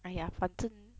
!aiya! 反正